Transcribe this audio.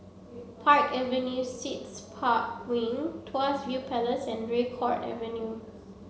Park Avenue Suites Park Wing Tuas View Place and Draycott Avenue